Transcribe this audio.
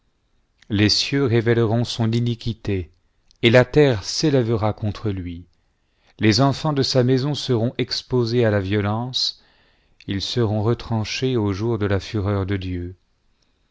les cieux révéleront son iniquité et la terre s'élèvera contre lui les enfants de sa maison seront exposés à la violence ils seront retranchés au jour de la fureur de dieu